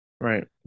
Right